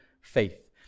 faith